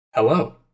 Hello